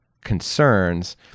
concerns